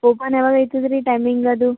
open ಯಾವಾಗ ಆಯ್ತದೆ ರೀ ಟೈಮಿಂಗ್ ಅದು